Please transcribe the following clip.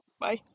Bye